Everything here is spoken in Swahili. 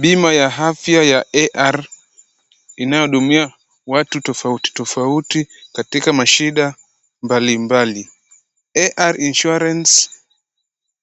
Bima ya afya ya AR inayohudumia watu tofauti tofauti katika mashida mbalimbali. AR insurance